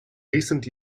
recent